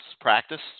practice